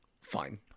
fine